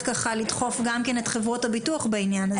ככה לדחוף גם כן את חברות הביטוח בעניין הזה.